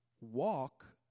walk